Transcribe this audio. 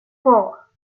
four